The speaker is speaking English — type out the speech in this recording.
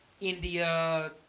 India